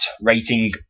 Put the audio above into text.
rating